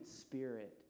spirit